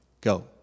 Go